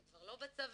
הוא כבר לא בצבא,